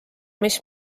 mis